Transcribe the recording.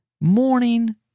morning